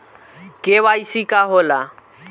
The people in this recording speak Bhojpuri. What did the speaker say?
के.वाइ.सी का होला?